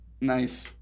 Nice